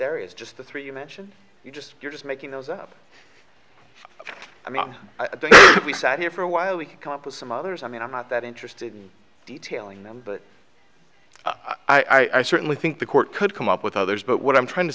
areas just the three you mention you just you're just making those up i mean i think we sat here for a while we could come up with some others i mean i'm not that interested in detailing them but i certainly think the court could come up with others but what i'm trying to